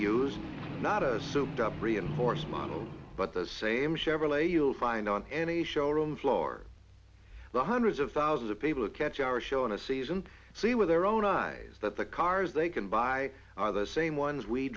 use not a souped up reinforced model but the same chevrolet you'll find on any showroom floor the hundreds of thousands of people catch our show in a season see with their own eyes that the cars they can buy are the same ones we